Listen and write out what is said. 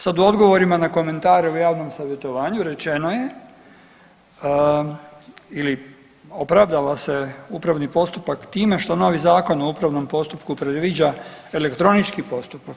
Sad u odgovorima na komentare u javnom savjetovanju rečeno je ili opravdava se upravni postupak time što novi Zakon o upravnom postupku predviđa elektronični postupak.